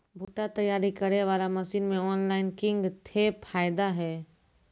भुट्टा तैयारी करें बाला मसीन मे ऑनलाइन किंग थे फायदा हे?